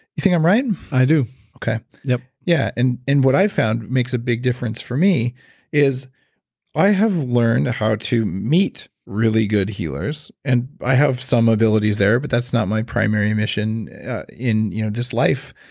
you think i'm right? i do okay yep yeah, and and what i found makes a big difference for me is i have learned how to meet really good healers and i have some abilities there but that's not my primary mission in you know this life.